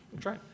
try